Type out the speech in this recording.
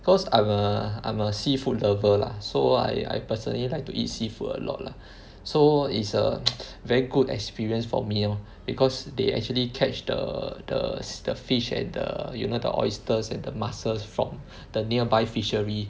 cause I'm a I'm a seafood lover lah so I I personally like to eat seafood a lot lah so is a very good experience for me lor because they actually catch the the the fish and the you know the oysters and mussels from the nearby fishery